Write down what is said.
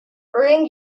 bring